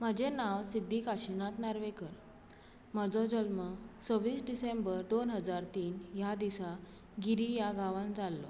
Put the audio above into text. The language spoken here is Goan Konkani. हय म्हाजें नांव सिध्दी काशिनाथ नार्वेकर म्हजो जल्म सव्वीस डिसेंबर दोन हजार तीन ह्या दिसा गिरी ह्या गांवांत जाल्लो